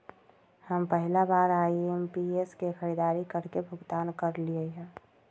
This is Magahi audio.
हम पहिला बार आई.एम.पी.एस से खरीदारी करके भुगतान करलिअई ह